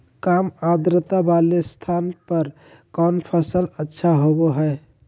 काम आद्रता वाले स्थान पर कौन फसल अच्छा होबो हाई?